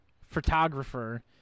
photographer